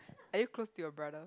are you close to your brother